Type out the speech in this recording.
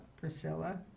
Priscilla